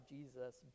Jesus